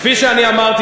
כפי שאני אמרתי,